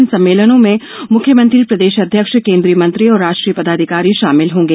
इन सम्मेलनों में मुख्यमंत्री प्रदेश अध्यक्ष केन्द्रीय मंत्री और राष्ट्रीय पदाधिकारी शामिल होंगे